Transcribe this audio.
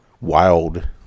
wild